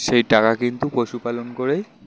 সেই টাকা কিন্তু পশুপালন করেই